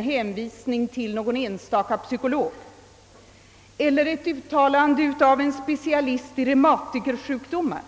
hänvisning till någon enstaka psykolog eller en specialist på reumatikersjukdomar är inte något underlag att bygga ett ståndpunktstagande på.